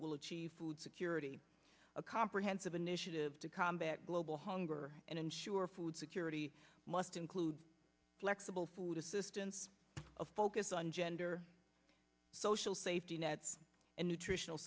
will achieve food security a comprehensive initiative to combat global hunger and in our food security must include flexible food assistance of focus on gender social safety nets and nutritional